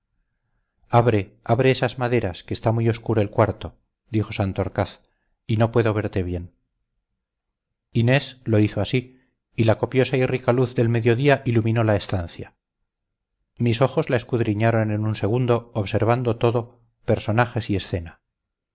abre abre esas maderas que está muy oscuro el cuarto dijo santorcaz y no puedo verte bien inés lo hizo así y la copiosa y rica luz del mediodía iluminó la estancia mis ojos la escudriñaron en un segundo observando todo personajes y escena